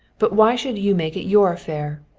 but why should you make it your affair?